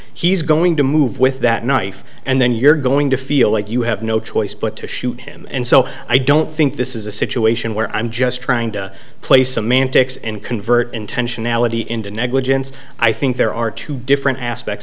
he's going to move with that knife and then you're going to feel like you have no choice but to shoot him and so i don't think this is a situation where i'm just trying to play semantics and convert intentionality into negligence i think there are two different aspects